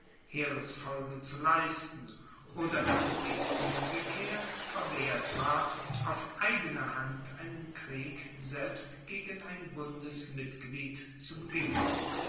heeresfolge zu leisten oder dass es ihr umgekehrt verwehrt war auf eigene hand einen krieg selbst gegen ein bundesmitglied zu beginnen